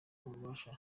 ububasha